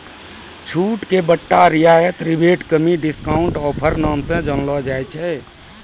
छूट के बट्टा रियायत रिबेट कमी डिस्काउंट ऑफर नाम से जानलो जाय छै